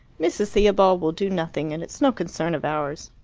mrs. theobald will do nothing, and it's no concern of ours.